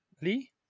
Lee